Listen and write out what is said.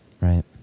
Right